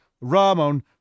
Ramon